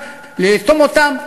לאטום אותן,